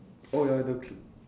oh ya the cl~